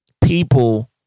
people